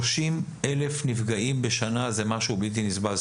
30 אלף נפגעים בשנה זה משהו בלתי נסבל.